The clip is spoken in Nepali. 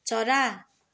चरा